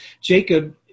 Jacob